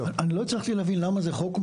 אני לא הצלחתי להבין למה זה חוק משמעותי?